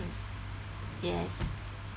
yes